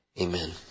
Amen